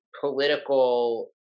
political